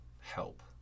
help